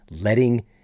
letting